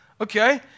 Okay